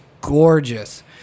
gorgeous